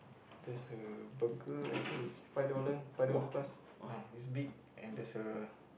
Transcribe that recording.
that's a burger I think is five dollars five dollars plus uh is big and there's a